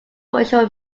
official